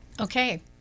okay